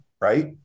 Right